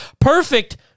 perfect